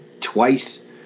twice